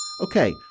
Okay